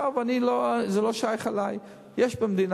היתה הזנחה במשרד